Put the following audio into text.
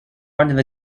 found